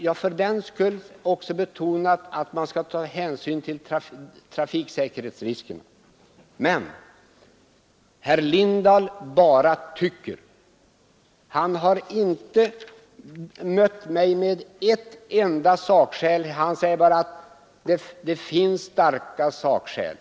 Jag har också betonat att man skall ta hänsyn till trafiksäkerhetsriskerna. Men herr Lindahl bara tycker. Han har inte bemött mig med ett enda sakskäl. Han säger bara att det finns starka sakskäl.